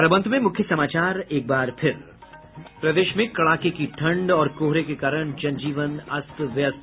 और अब अंत में मुख्य समाचार प्रदेश में कड़ाके की ठंड और कोहरे के कारण जन जीवन अस्त व्यस्त